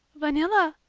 vanilla,